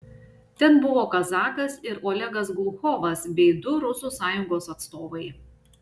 ten buvo kazakas ir olegas gluchovas bei du rusų sąjungos atstovai